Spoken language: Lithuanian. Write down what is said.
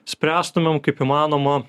spręstumėm kaip įmanoma